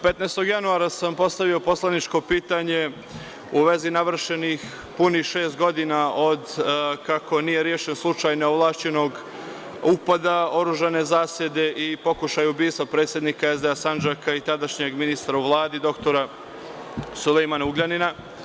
Postavio sam 15. januara poslaničko pitanje u vezi navršenih punih šest godina od kako nije rešen slučaj neovlašćenog upada, oružane zasede i pokušaja ubistva predsednika SDA Sandžaka i tadašnjeg ministra u Vladi, dr Sulejmana Ugljanina.